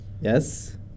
Yes